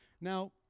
Now